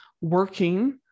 working